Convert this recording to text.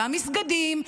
במסגדים,